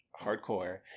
hardcore